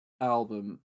album